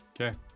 Okay